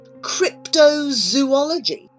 cryptozoology